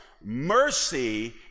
Mercy